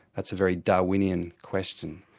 that's a very darwinian question.